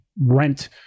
rent